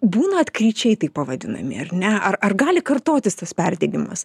būna atkryčiai taip pavadinami ar ne ar ar gali kartotis tas perdegimas